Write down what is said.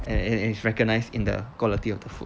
and and it's recognized in the quality of the food